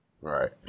Right